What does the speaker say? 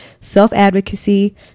self-advocacy